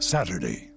Saturday